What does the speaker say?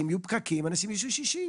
רק 12 שנה הייתי שם חוקר בעצמי.